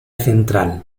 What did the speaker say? central